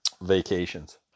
vacations